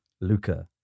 Luca